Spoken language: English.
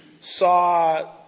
saw